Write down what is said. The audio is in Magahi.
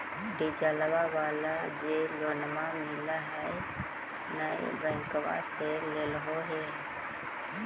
डिजलवा वाला जे लोनवा मिल है नै बैंकवा से लेलहो हे?